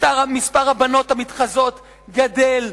מספר הבנות המתחזות גדל,